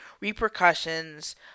repercussions